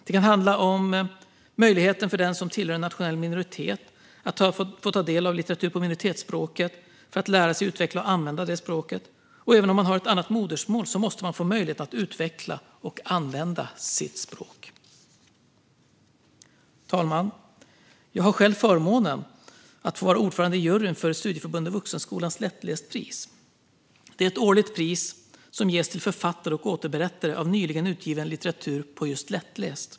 Det kan handla om möjligheten för den som tillhör en nationell minoritet att få ta del av litteratur på minoritetsspråket för att lära sig, utveckla och använda språket. Även om man har ett annat modersmål måste man få möjlighet att utveckla och använda sitt språk. Fru talman! Jag har själv förmånen att vara ordförande i juryn för Studieförbundet Vuxenskolans lättlästpris. Det är ett årligt pris som ges till författare och återberättare av nyligen utgiven litteratur på just lättläst.